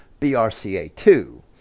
BRCA2